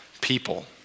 people